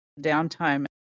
downtime